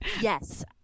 Yes